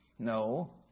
No